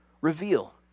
reveal